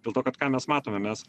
dėl to kad ką mes matome mes